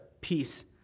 peace